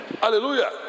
Hallelujah